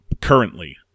currently